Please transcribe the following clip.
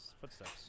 footsteps